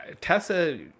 Tessa